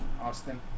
Austin